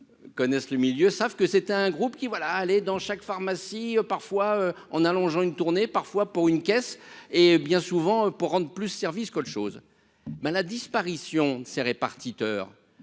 connaissent le milieu, savent que c'est un groupe qui voilà, allez dans chaque pharmacie parfois en allongeant une tournée parfois pour une caisse et bien souvent, pour rendre plus service qu'autre chose, mais la disparition de ces répartiteurs